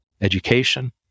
education